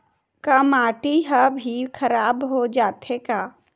का माटी ह भी खराब हो जाथे का?